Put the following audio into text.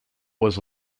was